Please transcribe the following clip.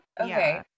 okay